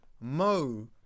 Mo